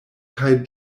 kaj